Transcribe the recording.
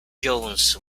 jones